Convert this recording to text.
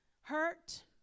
hurt